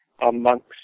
amongst